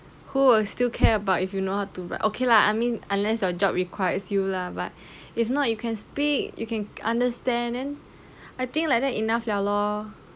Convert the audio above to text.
who would still care about if you know how to but okay lah I mean unless your job requires you lah but if not you can speak you can understand and I think like that enough liao lor